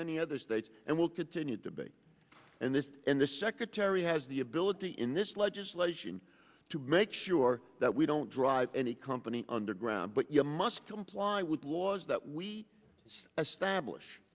many other states and will continue to be and this and this secretary has the ability in this legislation to make sure that we don't drive any company underground but you must comply with laws that we see as stablish